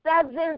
seventh